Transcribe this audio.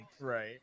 Right